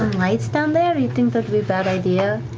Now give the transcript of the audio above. lights down there? you think that'd be bad idea?